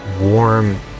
warm